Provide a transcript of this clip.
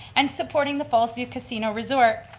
and supporting the fallsview casino resort.